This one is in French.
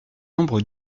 nombre